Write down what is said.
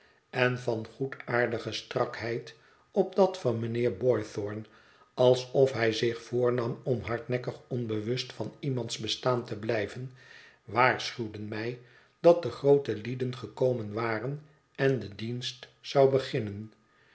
en van goedaardige strakheid op dat van mijnheer boythorn alsof hij zich voornam om hardnekkig onbewust van iemands bestaan te blijven waarschuwden mij dat de groote lieden gekomen waren en de dienst zou beginnen